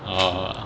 orh